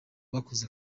bakoze